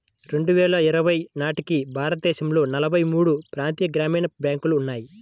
రెండు వేల ఇరవై నాటికి భారతదేశంలో నలభై మూడు ప్రాంతీయ గ్రామీణ బ్యాంకులు ఉన్నాయి